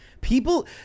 People